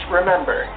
remember